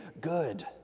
good